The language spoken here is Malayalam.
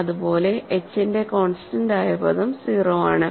അതുപോലെ h ന്റെ കോൺസ്റ്റന്റ് ആയ പദം 0 ആണ്